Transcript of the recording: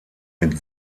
mit